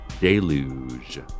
deluge